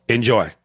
Enjoy